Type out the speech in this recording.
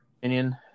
opinion